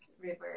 river